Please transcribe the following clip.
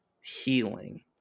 healing